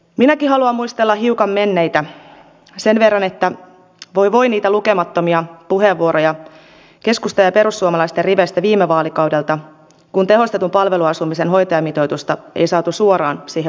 minäkin haluan muistella hiukan menneitä sen verran että voi voi niitä lukemattomia puheenvuoroja keskustan ja perussuomalaisten riveistä viime vaalikaudelta kun tehostetun palveluasumisen hoitajamitoitusta ei saatu suoraan siihen vanhuspalvelulakiin